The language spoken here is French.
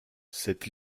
cette